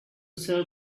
sell